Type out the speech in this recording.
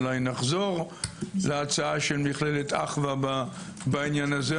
אולי נחזור להצעה של מכללת אחווה בעניין הזה.